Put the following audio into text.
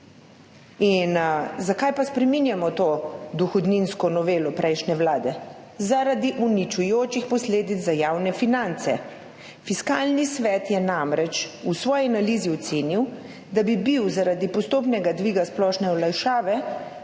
de. Zakaj pa spreminjamo to dohodninsko novelo prejšnje vlade? Zaradi uničujočih posledic za javne finance. Fiskalni svet je namreč v svoji analizi ocenil, da bi bil zaradi postopnega dviga splošne olajšave